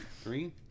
three